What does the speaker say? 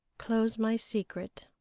close my secret!